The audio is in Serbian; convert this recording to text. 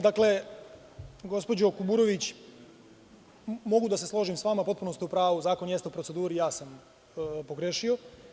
Dakle, gospođo Kuburović, mogu da se složim sa vama, potpuno ste u pravu, zakon jeste u proceduri, ja sam pogrešio.